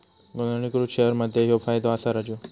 नोंदणीकृत शेअर मध्ये ह्यो फायदो असा राजू